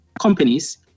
companies